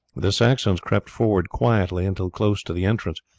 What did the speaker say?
the saxons crept forward quietly until close to the entrance,